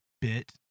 bit